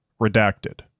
Redacted